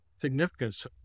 significance